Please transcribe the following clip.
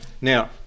Now